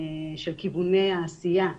כיווני העשייה,